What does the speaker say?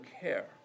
care